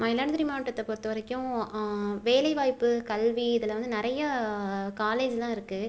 மயிலாடுதுறை மாவட்டத்தை பொறுத்த வரைக்கும் வேலைவாய்ப்பு கல்வி இதில் வந்து நிறையா காலேஜ் தான் இருக்குது